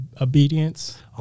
obedience